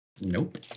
Nope